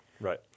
Right